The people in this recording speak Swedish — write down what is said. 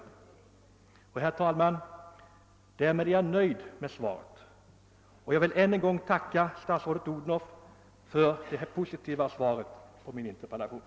Med dessa ord ber jag att få förklara mig nöjd med det besked som lämnats och jag vill än en gång tacka statsrådet Odhnoff för svaret på min interpellation.